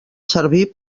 servir